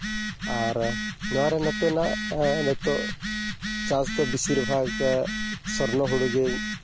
ᱟᱨ ᱱᱚᱣᱟᱨᱮ ᱱᱚᱛᱮᱱᱟᱜ ᱱᱤᱛᱚᱜ ᱪᱟᱥ ᱫᱚ ᱵᱮᱥᱤᱨ ᱵᱷᱟᱜᱽ ᱜᱮ ᱥᱚᱨᱱᱚ ᱦᱩᱲᱩᱜᱮ